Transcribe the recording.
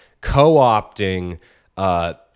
co-opting